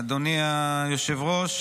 אדוני היושב-ראש,